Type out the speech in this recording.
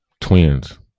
twins